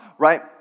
Right